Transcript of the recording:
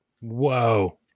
Whoa